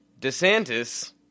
DeSantis